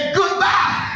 goodbye